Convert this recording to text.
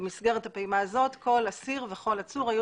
במסגרת הפעימה הזאת כל אסיר וכל עצור היו